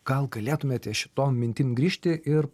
gal galėtumėte šitom mintim grįžti ir